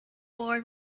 board